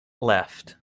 left